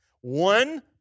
one